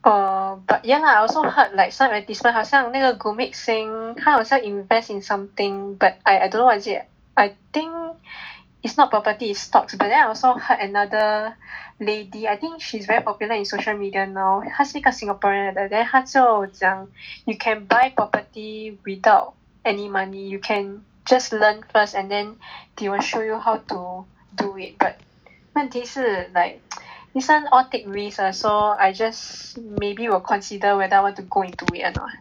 oh but ya lah I also heard like some advertisement like 好像那个 Gurmit Singh 他好像 invest in something but I I don't know what is it I think it's not property is stocks but then I also heard another lady I think she's very popular in social media now 她是一个 Singaporean 来的 then 她就讲 you can buy property without any money you can just learn first and then they will show you how to do it but 问题是 like this one all take risk so I just maybe will consider whether I want to go into it or not